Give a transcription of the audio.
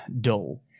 dull